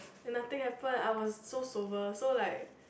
and nothing happen I was so sober so like